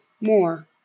more